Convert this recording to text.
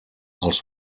els